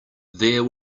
there